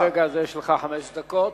מרגע זה יש לך חמש דקות.